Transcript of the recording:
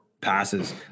passes